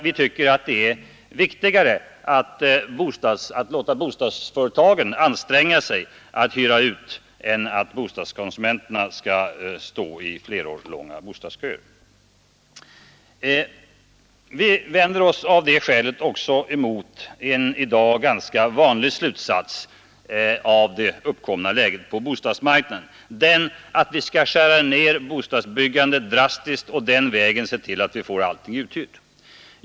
Vi vänder oss av det skälet också emot en i dag ganska vanlig slutsats av det uppkomna läget på bostadsmarknaden, nämligen den att vi skall skära ned bostadsbyggandet drastiskt och den vägen se till att vi får allting uthyrt.